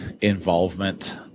involvement